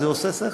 זה עושה שכל.